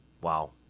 Wow